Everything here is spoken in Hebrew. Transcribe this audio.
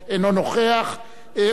אורי אריאל, אינו נוכח.